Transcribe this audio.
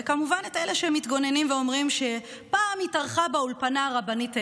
וכמובן את אלה שמתגוננים ואומרים שפעם התארחה באולפנה רבנית תימנייה.